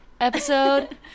Episode